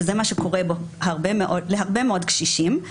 שזה מה שקורה להרבה מאוד קשישים,